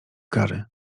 kary